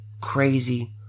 crazy